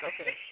okay